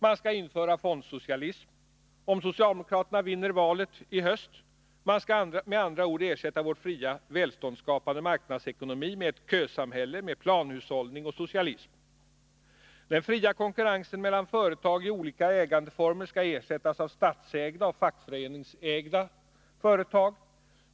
Fondsocialism skall införas, om socialdemokraterna vinner valet i höst. Man skall med andra ord ersätta vår fria, välståndsskapande marknadsekonomi med ett kösamhälle, med planhushållning och socialism. Den fria konkurrensen mellan företag i olika ägandeformer skall ersättas av statsägda och fackföreningsägda företag.